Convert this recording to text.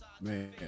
man